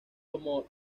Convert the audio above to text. como